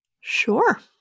Sure